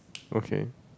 okay